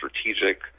strategic